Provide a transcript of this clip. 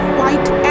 white